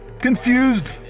Confused